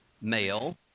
male